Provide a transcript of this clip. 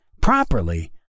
properly